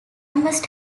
must